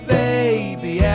baby